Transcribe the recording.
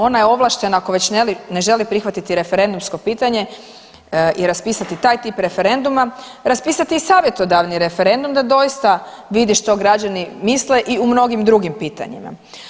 Ona je ovlaštena, ako već ne želi prihvatiti referendumsko pitanje i raspisati taj tip referenduma, raspisati i savjetodavni referendum da doista vidi što građani misle i u mnogim drugim pitanjima.